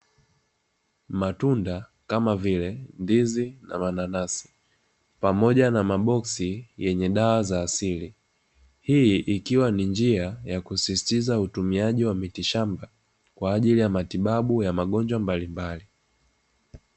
Matunda kama vile ndizi na mananasi pamoja na maboksi yenye dawa za asili, hii ikiwa ni njia ya kusisitiza utumiaji wa mitishamba kwa ajili ya matibabu ya utumiaji miti shamba ya magonjwa mbalimbali.